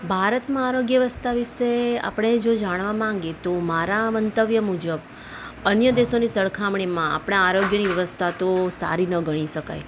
ભારતમાં આરોગ્ય વ્યવસ્થા વિશે આપણે જો જાણવા માંગીએ તો મારા મંતવ્ય મુજબ અન્ય દેશોની સરખામણીમાં આપણા આરોગ્યની વ્યવસ્થા તો સારી ન ગણી શકાય